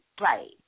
right